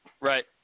Right